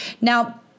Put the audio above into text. now